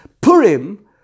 Purim